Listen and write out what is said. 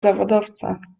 zawodowca